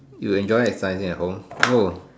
you enjoy exercising at home oh